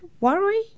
Worry